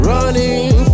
Running